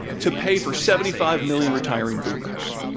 to pay for seventy five million retiring boomers.